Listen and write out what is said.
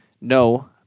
no